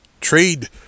trade